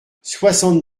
soixante